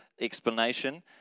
explanation